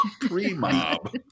Pre-mob